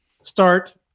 Start